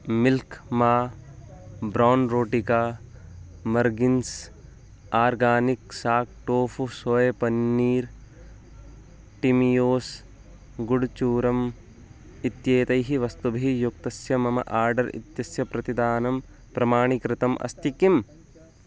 milk मा brown रोटिका मर्गिन्स् आर्गानिक् साक् टोफ़ु सोय पन्नीर् टिमियोस् गुड्चूर्णम् इत्येतैः वस्तुभिः युक्तस्य मम आर्डर् इत्यस्य प्रतिदानं प्रमाणीकृतम् अस्ति किम्